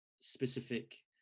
specific